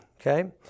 Okay